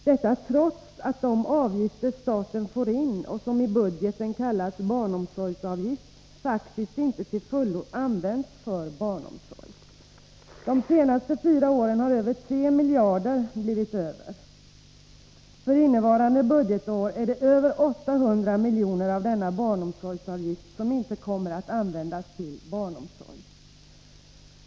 Detta sker trots att de avgifter staten får in och som i budgeten kallas barnomsorgsavgift faktiskt inte till fullo används för barnomsorg. De senaste fyra åren har över 3 miljarder blivit över. För innevarande budgetår är det över 800 miljoner av denna barnomsorgsavgift som inte kommer att användas till barnomsorg.